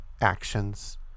actions